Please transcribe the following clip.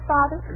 Father